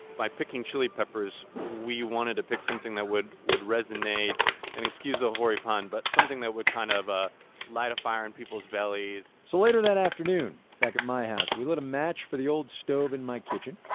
by picking chili peppers we wanted to pick something that would would resonate and excuse the hoary pun but something that would kind of ah light a fire in people's bellies so later that afternoon, back at my house, we lit a match for the old stove in my kitchen.